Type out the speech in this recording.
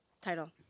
title